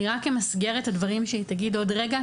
אני רק אמסגר את הדברים שהיא תגיד עוד רגע,